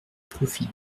profit